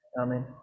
Amen